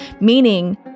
meaning